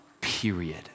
Period